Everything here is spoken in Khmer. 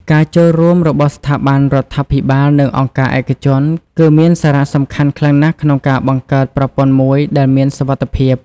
ការចូលរួមរបស់ស្ថាប័នរដ្ឋាភិបាលនិងអង្គការឯកជនគឺមានសារៈសំខាន់ខ្លាំងណាស់ក្នុងការបង្កើតប្រព័ន្ធមួយដែលមានសុវត្ថិភាព។